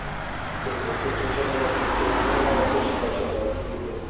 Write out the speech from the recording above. ਹਾਂਜੀ ਅਤੇ ਜਿਹੜੇ ਲੋਕਲ ਪੇਸ਼ੈਂਟ ਨੇ ਜਾਂ ਉਹਨਾਂ ਵਾਸਤੇ ਸ਼ਪੈਸ਼ਲ ਰਿਆਇਤ ਵੀ ਹੈਗੀ ਹੈ